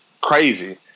crazy